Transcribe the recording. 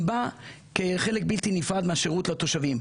בה כחלק בלתי נפרד מהשירות לתושבים.